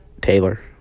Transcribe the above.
Taylor